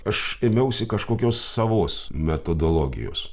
aš ėmiausi kažkokios savos metodologijos